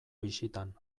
bisitan